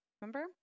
remember